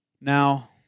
Now